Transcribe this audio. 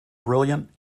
brilliant